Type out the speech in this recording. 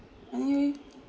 anyway